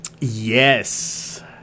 Yes